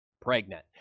pregnant